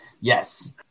Yes